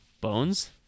Bones